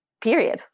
period